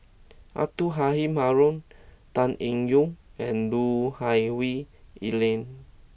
Abdul Halim Haron Tan Eng Yoon and Lui Hah Wah Elena